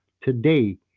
Today